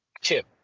chip